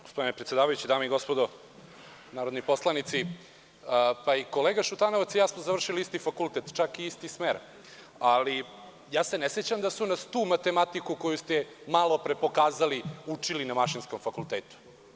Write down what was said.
Gospodine predsedavajući, dame i gospodo narodni poslanici, kolega Šutanovac i ja smo završili isti fakultet, čak i isti smer, ali ja se ne sećam da su nas tu matematiku koju ste malopre pokazali učili na Mašinskom fakultetu.